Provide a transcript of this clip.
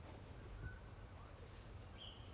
一直被被 err